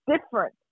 different